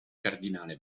cardinale